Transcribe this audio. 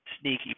sneaky